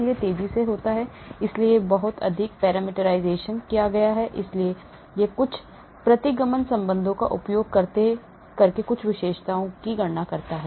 यह तेजी से होता है इसलिए बहुत अधिक parameterization किया गया है इसलिए यह कुछ प्रतिगमन संबंधों का उपयोग करके कुछ विशेषताओं की गणना करता है